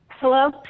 Hello